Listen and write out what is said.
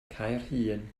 caerhun